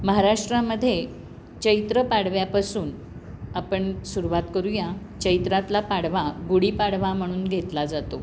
महाराष्ट्रामध्ये चैत्र पाडव्यापासून आपण सुरवात करूया चैत्रातला पाडवा गुढीपाडवा म्हणून घेतला जातो